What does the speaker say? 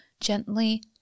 gently